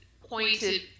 pointed